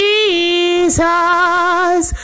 Jesus